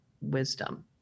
wisdom